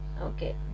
Okay